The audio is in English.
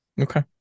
okay